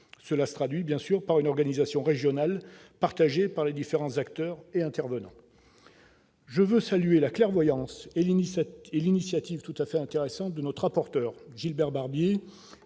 Cela se traduit, bien sûr, par une organisation régionale partagée par différents acteurs et intervenants. Je veux saluer la clairvoyance et l'initiative tout à fait intéressante du rapporteur, Gilbert Barbier,